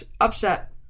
upset